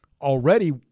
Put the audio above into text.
already